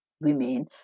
women